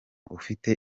ufite